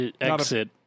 exit